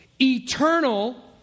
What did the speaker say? eternal